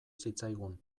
zitzaigun